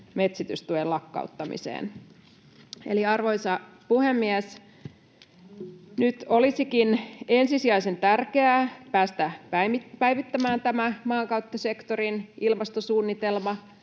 metsitystuen lakkauttamiseen. Arvoisa puhemies! Nyt olisikin ensisijaisen tärkeää päästä päivittämään tämä maankäyttösektorin ilmastosuunnitelma,